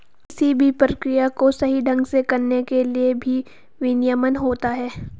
किसी भी प्रक्रिया को सही ढंग से करने के लिए भी विनियमन होता है